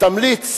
תמליץ